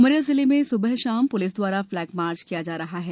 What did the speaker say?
उमरिया जिले में सुबह शाम पुलिस द्वारा फ्लेगमार्च किया जा रहा है